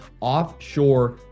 offshore